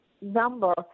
number